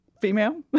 female